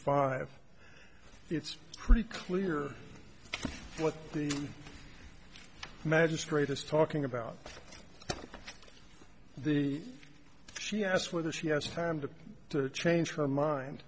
five it's pretty clear what the magistrate is talking about the she asks whether she has time to change her mind